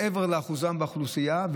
מעבר לאחוזם באוכלוסייה.